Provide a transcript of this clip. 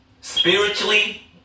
spiritually